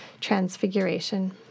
Transfiguration